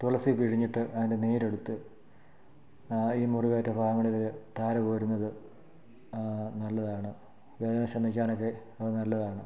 തുളസി പിഴിഞ്ഞിട്ട് അതിൻ്റെ നീര് എടുത്ത് ആ ഈ മുറിവേറ്റ ഭാഗങ്ങളിൽ ധാര കോരുന്നത് നല്ലതാണ് വേദന ശമിക്കാനൊക്കെ അത് നല്ലതാണ്